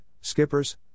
skippers